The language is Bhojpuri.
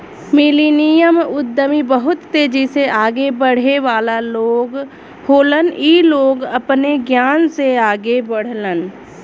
मिलनियल उद्यमी बहुत तेजी से आगे बढ़े वाला लोग होलन इ लोग अपने ज्ञान से आगे बढ़लन